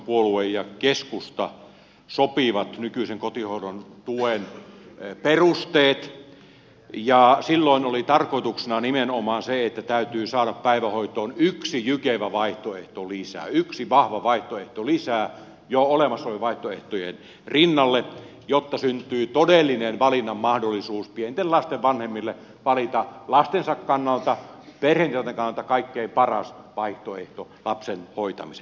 puolue ja keskusta sopivat nykyisen kotihoidon tuen perusteet ja silloin oli tarkoituksena nimenomaan se että täytyy saada päivähoitoon yksi jykevä vaihtoehto lisää yksi vahva vaihtoehto lisää jo olemassa olevien vaihtoehtojen rinnalle jotta syntyy todellinen valinnan mahdollisuus pienten lasten vanhemmille valita lastensa kannalta perheidensä kannalta kaikkein paras vaihtoehto lapsen hoitamiseen